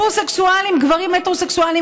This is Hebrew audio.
גברים הטרוסקסואלים,